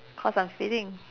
cause I'm feeding